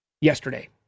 yesterday